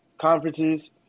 conferences